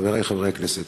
חברי חברי הכנסת,